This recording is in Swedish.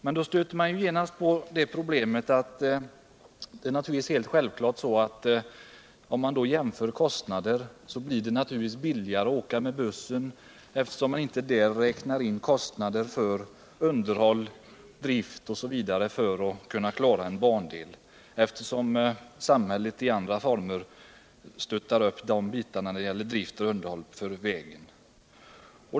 Men då stöter man genast på problemet att en kostnadsjämförelse visar att det blir billigare att resa med buss, eftersom busstrafiken inte behöver räkna med kostnaden för underhåll och drift av banor — det är ju samhället som svarar för motsvarande kostnader när det gäller vägarna.